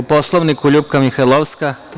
Po Poslovniku, Ljupka Mihajlovska.